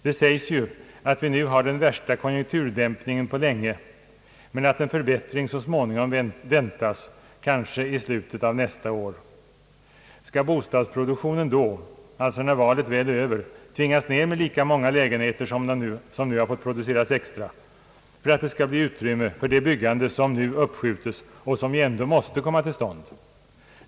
Det sägs ju, att vi nu har den värs 1a konjunkturdämpningen på länge, men att en förbättring så småningom väntas, kanske i slutet av nästa år. Skall bostadsproduktionen då — när valet väl är över — tvingas ned med lika många lägenheter som nu har producerats extra för att det skall bli utrymme för det byggande som nu uppskjutes och som ju ändå måste komma till stånd?